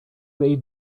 they